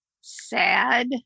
sad